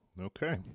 Okay